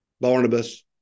Barnabas